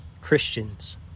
Christians